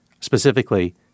Specifically